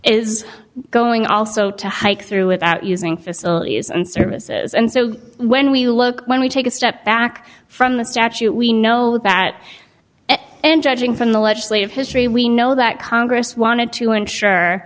is going also to hike through without using facilities and services and so when we look when we take a step back from the statute we know that and judging from the legislative history we know that congress wanted to ensure